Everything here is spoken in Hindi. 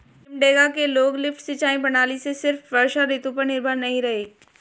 सिमडेगा के लोग लिफ्ट सिंचाई प्रणाली से सिर्फ वर्षा ऋतु पर निर्भर नहीं रहे